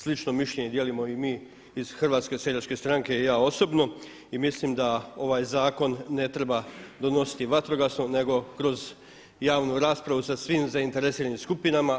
Slično mišljenje dijelimo i mi iz HSS-a i ja osobno i mislim da ovaj zakon ne treba donositi vatrogasno nego kroz javnu raspravu sa svim zainteresiranim skupinama.